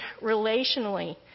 relationally